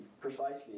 precisely